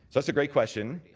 that's a great question.